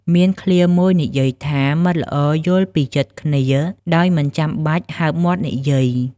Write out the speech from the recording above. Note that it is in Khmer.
មានឃ្លាមួយនិយាយថា "មិត្តល្អយល់ពីចិត្តគ្នា ដោយមិនចាំបាច់ហើបមាត់និយាយ"